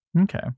Okay